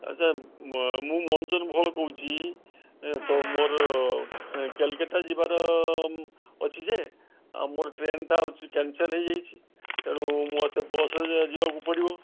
ଆଚ୍ଛା ମୁଁ ମନଜନ ଭୋଳ କହୁଛି ଏ ତ ମୋର କୋଲକାତା ଯିବାର ଅଛି ଯେ ଆଉ ମୋର ଟ୍ରେନ୍ଟା ହେଉଛି କ୍ୟାନ୍ସଲ୍ ହେଇଯାଇଛି ତେଣୁ ମୋତେ ବସ୍ରେ ଯିବାକୁ ପଡ଼ିବ